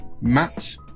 Matt